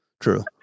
True